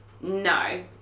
no